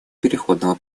переходного